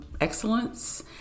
excellence